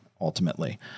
ultimately